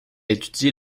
étudié